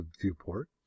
viewport